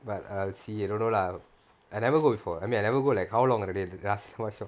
but err see don't know lah I never go before I mean I never go like how long already the nasi lemak shop